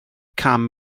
cam